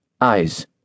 eyes